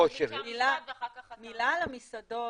מילה על המסעדות.